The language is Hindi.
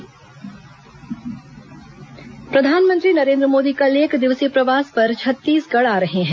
प्रधानमंत्री छत्तीसगढ़ प्रधानमंत्री नरेन्द्र मोदी कल एकदिवसीय प्रवास पर छत्तीसगढ़ आ रहे हैं